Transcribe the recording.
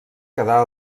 quedar